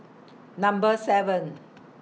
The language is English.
Number seven